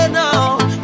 now